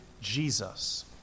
Jesus